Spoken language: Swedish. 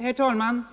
Herr talman!